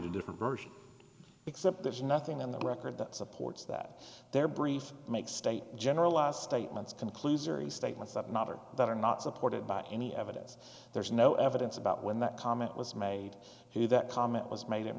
already different version except there's nothing on the record that supports that their brief make state general last statements conclusory statements that matter that are not supported by any evidence there's no evidence about when that comment was made here that comment was made in